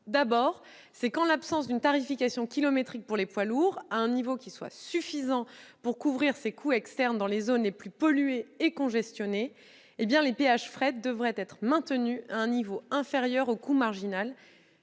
d'abord, en l'absence d'une tarification kilométrique pour les poids lourds à un niveau suffisant pour couvrir les coûts externes dans les zones les plus polluées et congestionnées, les péages de fret devraient être maintenus à un niveau inférieur au coût marginal,